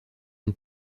une